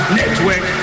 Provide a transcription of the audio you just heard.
network